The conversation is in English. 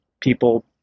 people